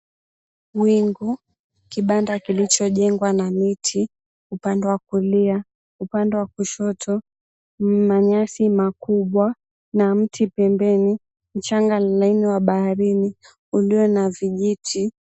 Wingu, kibanda kilichojengwa na miti upande wa kulia, upande wa kushoto manyasi makubwa na mti pembeni, mchanga laini wa baharini ulio na vijiti.